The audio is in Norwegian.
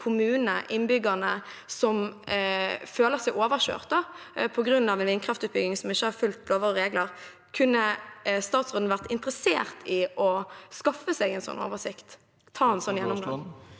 kommunene og innbyggerne som føler seg overkjørt på grunn av en vindkraftutbygging som ikke har fulgt lover og regler, kunne statsråden vært interessert i å skaffe seg en sånn oversikt, ta en sånn gjennomgang?